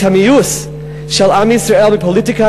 את המיאוס של עם ישראל מפוליטיקה